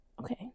Okay